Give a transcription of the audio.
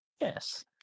Yes